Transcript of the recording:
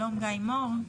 שלום גיא מור.